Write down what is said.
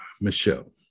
michelle